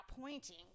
pointing